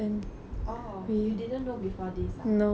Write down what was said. oh you didn't know before this ah